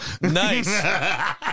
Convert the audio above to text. Nice